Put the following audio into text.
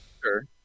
Sure